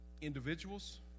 individuals